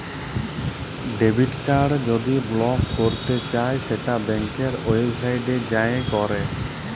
debit card যদি block ক্যরতে চাই সেট ব্যাংকের ওয়েবসাইটে যাঁয়ে ক্যর